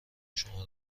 شما